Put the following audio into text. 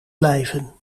blijven